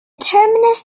terminus